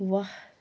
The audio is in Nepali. वाह